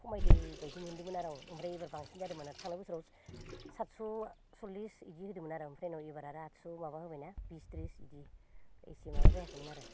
खमायदों बायदि मोनदोंमोन आरो आं ओमफ्राय एबार बांसिन जादोंमोन थांनाय बोसोराव सादस' सल्लिस बिदि होदोंमोन आरो ओमफ्राय उनाव एबार आदस' माबा होबायना बिस थ्रिस बिदि इसे माबा जायाखैमोन आरो